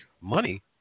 money